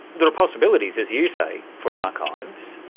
there are possibilities, as you say, for archives.